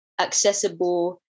accessible